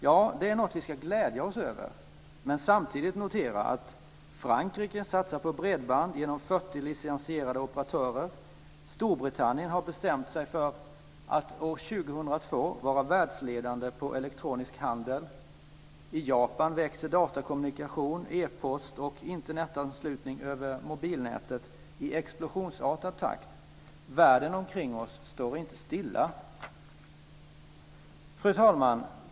Ja, det är något vi ska glädja oss åt, men samtidigt ska vi notera att Frankrike satsar på bredband genom 40 licensierade operatörer, Storbritannien har bestämt sig för att år 2002 vara världsledande på elektronisk handel, i Japan växer datakommunikation, e-post och Internetanslutning över mobilnätet i explosionsartad takt. Världen omkring oss står inte stilla. Fru talman!